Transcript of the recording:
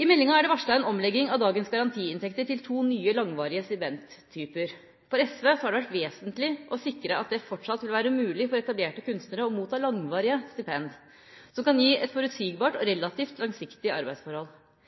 I meldinga er det varslet en omlegging av dagens garantiinntekter til to nye, langvarige stipendtyper. For SV har det vært vesentlig å sikre at det fortsatt vil være mulig for etablerte kunstnere å motta langvarige stipend som kan gi forutsigbare og relativt langsiktige arbeidsforhold.